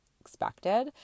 expected